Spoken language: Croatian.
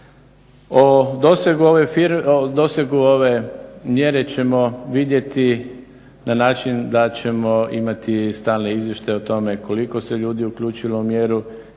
O dosegu ove mjere ćemo vidjeti na način da ćemo imati stalne izvještaje o tome koliko se ljudi uključilo u mjeru,